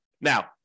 Now